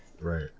right